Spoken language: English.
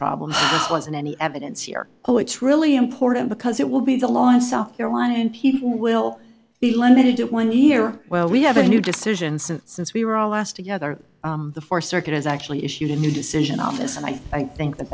problem was in any evidence here oh it's really important because it will be the law in south carolina and people will be limited to one year well we have a new decision so since we were all last together the four circuit has actually issued a new decision office and i think that